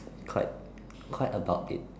quite quite about it